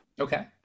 okay